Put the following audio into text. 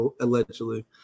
Allegedly